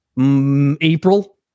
april